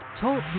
Talk